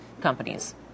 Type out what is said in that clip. companies